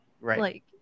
Right